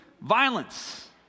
violence